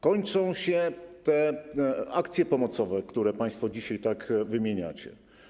Kończą się akcje pomocowe, które państwo dzisiaj wymieniacie.